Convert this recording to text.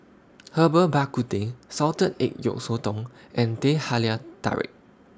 Herbal Bak Ku Teh Salted Egg Yolk Sotong and Teh Halia Tarik